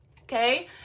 okay